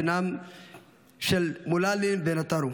בנם של מוללין ונטרו,